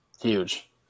Huge